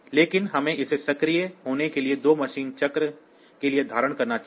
लेकिन हमें इसे सक्रिय होने के लिए दो मशीन चक्रों के लिए धारण करना चाहिए